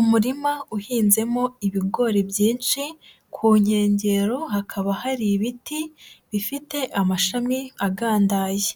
Umurima uhinzemo ibigori byinshi ku nkengero hakaba hari ibiti bifite amashami agandaye,